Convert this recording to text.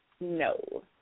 No